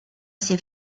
ses